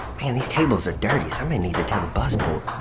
man these tables are dirty. somebody needs to tell the bus boy